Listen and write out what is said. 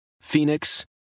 Phoenix